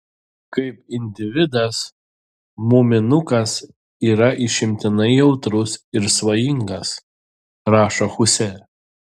kaip individas muminukas yra išimtinai jautrus ir svajingas rašo huse